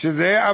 אבל